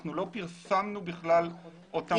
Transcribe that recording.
אנחנו לא פרסמנו בכלל אותם להערות הציבור.